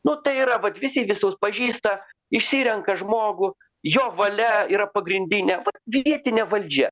nu tai yra vat visi visus pažįsta išsirenka žmogų jo valia yra pagrindinė vietinė valdžia